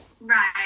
right